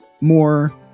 more